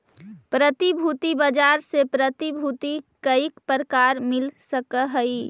प्रतिभूति बाजार से प्रतिभूति कईक प्रकार मिल सकऽ हई?